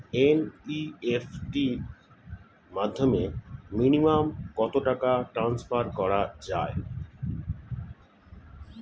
NEFT র মাধ্যমে minimum কত টাকা ট্রান্সফার করা যায়?